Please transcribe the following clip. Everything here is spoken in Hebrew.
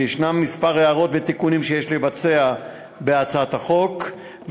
וישנן כמה הערות ותיקונים שיש לבצע בהצעת החוק,